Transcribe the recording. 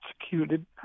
executed